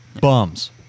bums